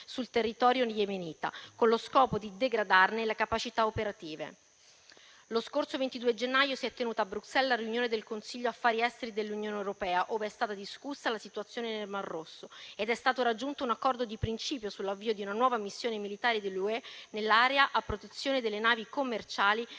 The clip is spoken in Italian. sul territorio yemenita, con lo scopo di degradarne le capacità operative. Lo scorso 22 gennaio si è tenuta a Bruxelles la riunione del Consiglio affari esteri dell'Unione europea, in cui è stata discussa la situazione nel mar Rosso ed è stato raggiunto un accordo di principio sull'avvio di una nuova missione militare UE a protezione delle navi commerciali